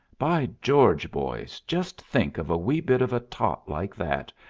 by george, boys, just think of a wee bit of a tot like that,